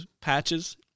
patches